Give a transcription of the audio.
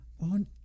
on